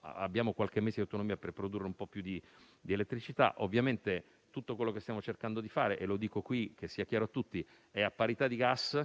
abbiamo qualche mese di autonomia per produrre un po' più di elettricità. Ovviamente tutto quello che stiamo cercando di fare - e lo dico qui, che sia chiaro a tutti - a parità di gas,